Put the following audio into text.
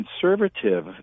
conservative